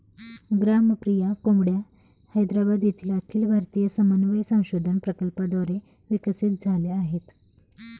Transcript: ग्रामप्रिया कोंबड्या हैदराबाद येथील अखिल भारतीय समन्वय संशोधन प्रकल्पाद्वारे विकसित झाल्या आहेत